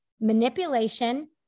manipulation